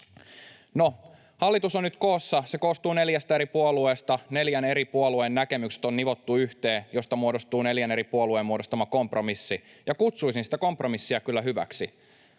hallitus on nyt koossa. Se koostuu neljästä eri puolueesta. Neljän eri puolueen näkemykset on nivottu yhteen, ja siitä muodostuu neljän eri puolueen muodostama kompromissi, ja kutsuisin sitä kompromissia kyllä hyväksi.